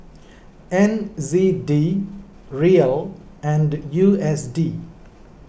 N Z D Riel and U S D